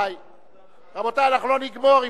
אנחנו לא נגמור.